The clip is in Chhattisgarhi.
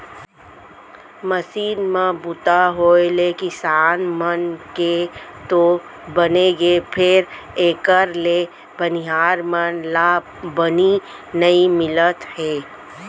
मसीन म बूता होय ले किसान मन के तो बनगे फेर एकर ले बनिहार मन ला बनी नइ मिलत हे